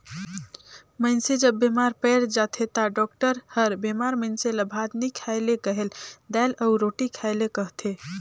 मइनसे जब बेमार पइर जाथे ता डॉक्टर हर बेमार मइनसे ल भात नी खाए ले कहेल, दाएल अउ रोटी खाए ले कहथे